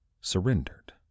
surrendered